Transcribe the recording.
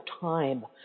time